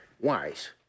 wise